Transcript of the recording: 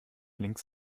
links